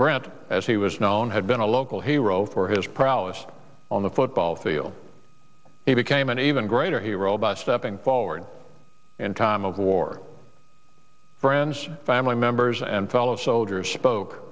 brant as he was known had been a local hero for his prowess on the football field he became an even greater hero by stepping forward in time of war friends family members and fellow soldiers